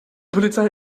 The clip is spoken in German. polizei